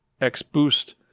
X-Boost